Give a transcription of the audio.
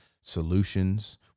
solutions